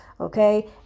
Okay